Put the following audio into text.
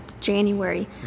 January